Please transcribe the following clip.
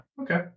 okay